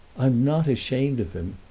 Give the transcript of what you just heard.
i'm not ashamed of him.